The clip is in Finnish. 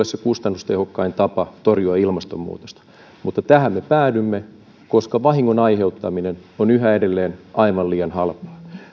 se kustannustehokkain tapa torjua ilmastonmuutosta mutta tähän me päädymme koska vahingon aiheuttaminen on yhä edelleen aivan liian halpaa